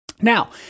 Now